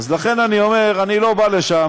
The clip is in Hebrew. אז לכן אני אומר, אני לא בא לשם.